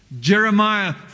Jeremiah